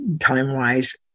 time-wise